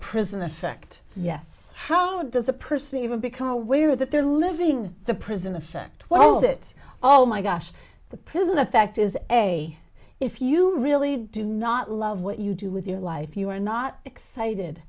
prison effect yes how does a person even become aware that they're living in the prison affect what is it oh my gosh the prison effect is a if you really do not love what you do with your life you are not excited